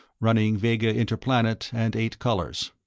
running vega interplanet and eight colors.